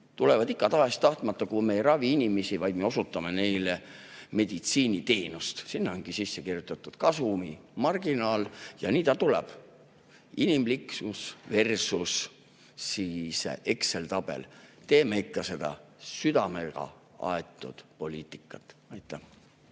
tulevad ikka, tahes-tahtmata, kui me ei ravi inimesi, vaid me osutame neile meditsiiniteenust. Sinna ongi sisse kirjutatud kasumimarginaal ja nii ta tuleb – inimlikkusversusExceli tabel. Teeme ikka südamega aetud poliitikat. Aitäh!